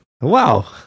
wow